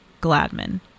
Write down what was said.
Gladman